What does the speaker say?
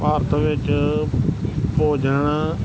ਭਾਰਤ ਵਿੱਚ ਭੋਜਨ